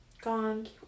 Gone